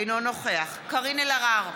אינו נוכח קארין אלהרר,